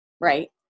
right